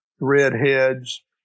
redheads